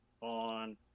on